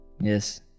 Yes